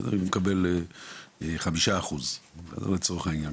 ואז הוא מקבל 5% לצורך העניין,